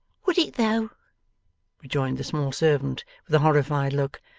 would it though rejoined the small servant, with a horrified look.